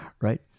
Right